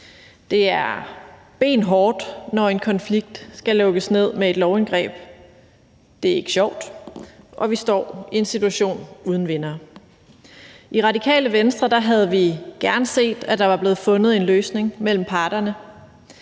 Det er benhårdt, når en konflikt skal lukkes ned med et lovindgreb. Det er ikke sjovt, og vi står i en situation uden vindere. I Radikale Venstre havde vi gerne set, at der var blevet fundet en løsning mellem parterne,